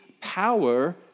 power